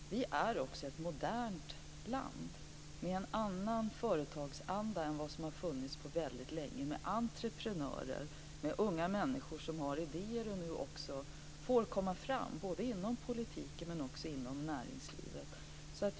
Sverige är också ett modernt land med en annan företagsanda än vad som har funnits på väldigt länge med entreprenörer. Det är unga människor som har idéer och som nu också får komma fram, inom politiken men också näringslivet.